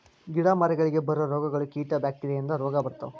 ಗಿಡಾ ಮರಗಳಿಗೆ ಬರು ರೋಗಗಳು, ಕೇಟಾ ಬ್ಯಾಕ್ಟೇರಿಯಾ ಇಂದ ರೋಗಾ ಬರ್ತಾವ